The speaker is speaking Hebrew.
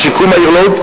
לשיקום העיר לוד,